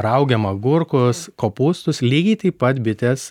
raugiam agurkus kopūstus lygiai taip pat bitės